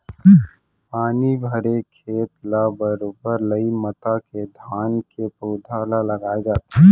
पानी भरे खेत ल बरोबर लई मता के धान के पउधा ल लगाय जाथे